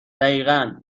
دقیقا